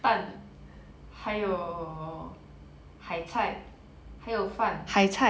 蛋还有海菜还有饭